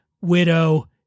Widow